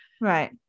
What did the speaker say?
Right